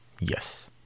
Yes